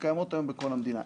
שקיימות היום בכל המדינה.